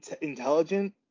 intelligent